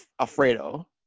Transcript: Alfredo